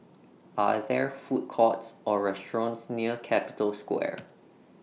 Are There Food Courts Or restaurants near Capital Square